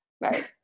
Right